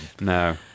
No